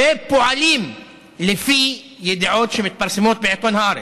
ופועלים לפי ידיעות שמתפרסמות בעיתון הארץ.